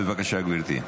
בבקשה, גברתי.